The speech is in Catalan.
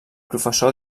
professor